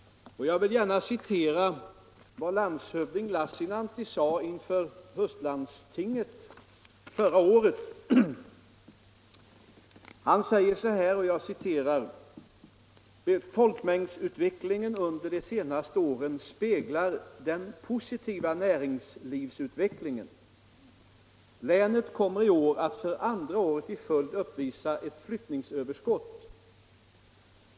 Jag vill gärna citera vad landshövding Lassinantti sade inför länets höstlandsting förra året: ”Folkmängdsutvecklingen under de senaste åren speglar den positiva näringsutvecklingen. Länet kommer i år att för andra året i följd uppvisa ett flyttningsöverskott.